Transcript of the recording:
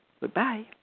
Goodbye